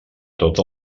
tots